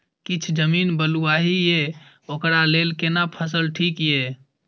किछ जमीन बलुआही ये ओकरा लेल केना फसल ठीक ये?